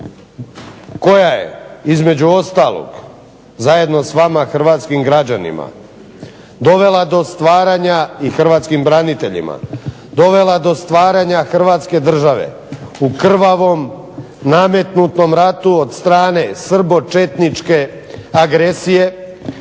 koja je između ostalog zajedno s vama hrvatskim građanima dovela do stvaranja i hrvatskim braniteljima dovela do stvaranja Hrvatske države u krvavom, nametnutom ratu od strane srbočetničke agresije